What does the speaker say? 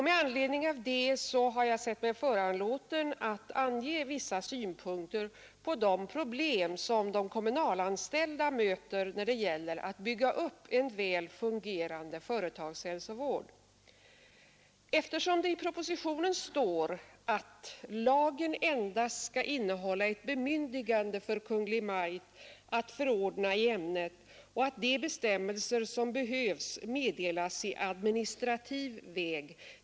Med anledning av det har jag sett mig föranlåten att ange vissa synpunkter på de problem som de kommunalanställda möter när det gäller att bygga upp en väl fungerande företagshälsovård. I propositionen står det att ”lagen endast skall innehålla ett bemyndigande för Kungl. Maj:t att förordna i ämnet och att de bestämmelser som behövs meddelas i administrativ väg.